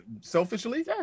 selfishly